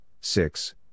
six